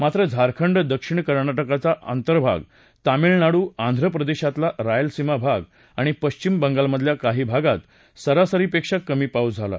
मात्र झारखंड दक्षिण कर्नाटकाचा आंतरभाग तामीळनाडू आंध्र प्रदेशातला रायलसीमा भागआणि पश्चिम बंगालमधल्या काही भागात सरासरीपेक्षा कमी पाऊस झाला